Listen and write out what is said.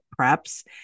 preps